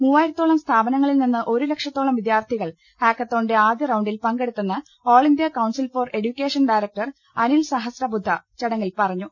മൂവായിരത്തോളം സ്ഥാപനങ്ങളിൽ നിന്ന് ഒരു ലക്ഷത്തോളം വിദ്യാർഥികൾ ഹാക്കത്തോണിന്റെ ആദ്യ റൌണ്ടിൽ പങ്കെടുത്തെന്ന് all India council for education director Anil Sahasrabudhe ചടങ്ങിൽ പറഞ്ഞു